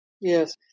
Yes